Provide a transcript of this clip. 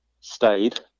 stayed